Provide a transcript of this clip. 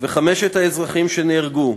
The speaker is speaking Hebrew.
וחמשת האזרחים שנהרגו: